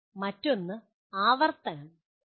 മറ്റൊന്ന് "ആവർത്തനം"